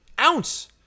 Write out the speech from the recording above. ounce